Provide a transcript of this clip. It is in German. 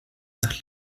nach